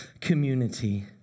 community